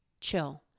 chill